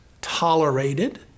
tolerated